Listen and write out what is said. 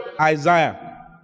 Isaiah